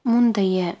முந்தைய